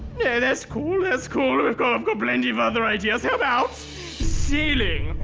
no, that's cool, that's cool. i've kind of got plenty of other ideas. how about sailing?